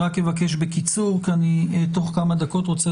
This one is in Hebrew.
אני מבקש בקיצור כי תוך כמה דקות אני רוצה